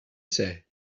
say